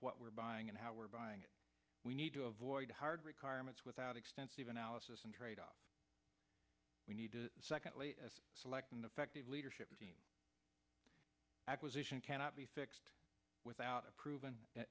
what we're buying and how we're buying it we need to avoid hard requirements without extensive analysis and trade off we need to secondly select an effective leadership team acquisition cannot be fixed without a proven